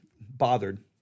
bothered